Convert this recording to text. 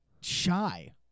shy